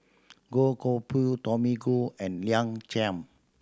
Goh Koh Pui Tommy Koh and Liang Chiam